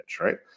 right